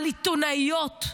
על עיתונאיות,